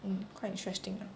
mm quite interesting lah